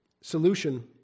solution